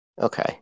Okay